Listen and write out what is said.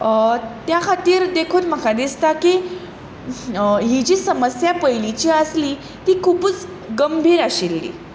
त्या खातीर देखून म्हाका दिसता की ही जी समस्या पयलींची आसली ती खुबूच गंभीर आशिल्ली